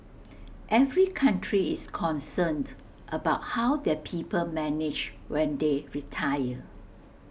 every country is concerned about how their people manage when they retire